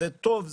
זה טוב,